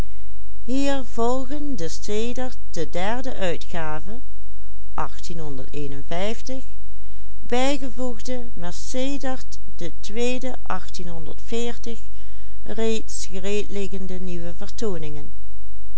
reeds gereed liggende